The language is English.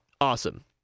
awesome